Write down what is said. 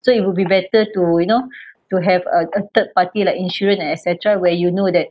so it would be better to you know to have a a third party like insurance and etcetera where you know that